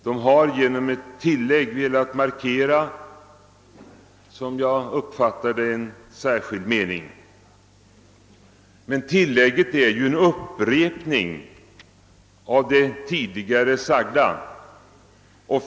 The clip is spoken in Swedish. De har genom ett tillägg såvitt jag förstår velat markera en särskild mening. Tillägget är emellertid bara en upprepning av vad som tidigare anförts.